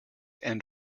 and